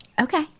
Okay